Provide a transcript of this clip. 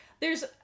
There's-